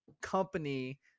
company